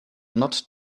not